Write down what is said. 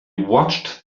watched